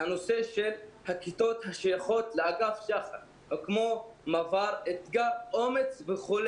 הנושא של האמון בין המשפחות לבין מערכת החינוך הוא חשוב